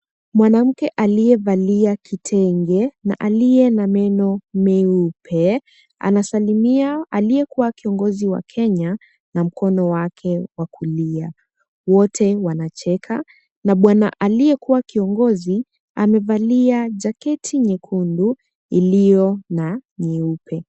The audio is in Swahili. Mwanamke aliyevalia kitenge na aliye na meno meupe anasalimia aliyekuwa kuongozi wa Kenya na mkono wake wa kulia, wote wakicheka. Na bwana aliyekuwa kiongozi, amevalia jaketi nyekundu iliyo na nyeupe.